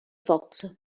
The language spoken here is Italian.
fox